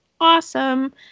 awesome